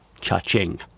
cha-ching